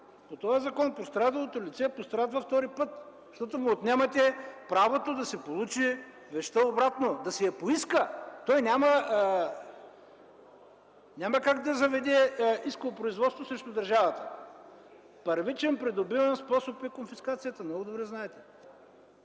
по този закон пострадалото лице пострадва втори път, защото му отнемате правото да си получи вещта обратно, да си я поиска – той няма как да заведе исково производство срещу държавата. Първичен придобивен способ е конфискацията – много добре знаете!